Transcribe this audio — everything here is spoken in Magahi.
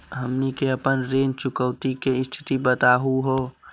हमनी के अपन ऋण चुकौती के स्थिति बताहु हो?